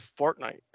Fortnite